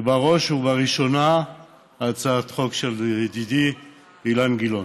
ובראש ובראשונה הצעת החוק של ידידי אילן גילאון.